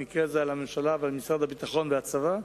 במקרה זה על הממשלה ועל משרד הביטחון והצבא,